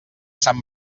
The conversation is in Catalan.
sant